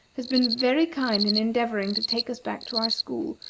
has been very kind in endeavoring to take us back to our school,